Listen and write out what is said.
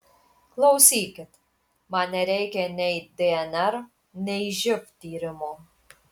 klausykit man nereikia nei dnr nei živ tyrimo